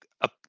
up